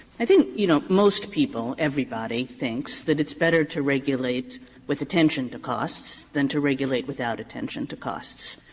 i think, you know, most people, everybody, thinks that it's better to regulate with attention to costs than to regulate without attention to costs.